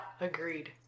Agreed